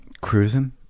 Cruising